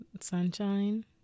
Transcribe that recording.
sunshine